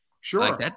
Sure